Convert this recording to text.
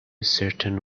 certain